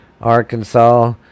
Arkansas